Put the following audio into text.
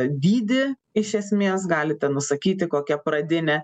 dydį iš esmės galite nusakyti kokia pradinė